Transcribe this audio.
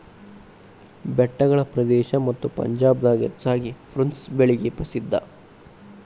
ಬೆಟ್ಟಗಳ ಪ್ರದೇಶ ಮತ್ತ ಪಂಜಾಬ್ ದಾಗ ಹೆಚ್ಚಾಗಿ ಪ್ರುನ್ಸ್ ಬೆಳಿಗೆ ಪ್ರಸಿದ್ಧಾ